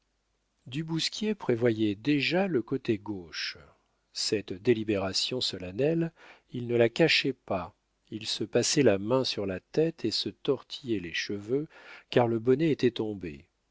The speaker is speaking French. du bousquier prévoyait déjà le côté gauche cette délibération solennelle il ne la cachait pas il se passait la main sur la tête et se tortillait les cheveux car le bonnet était tombé